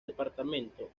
departamento